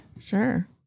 sure